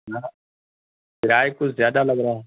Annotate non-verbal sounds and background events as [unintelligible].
[unintelligible] کرایہ کچھ زیادہ لگ رہا ہے